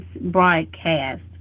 broadcast